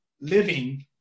living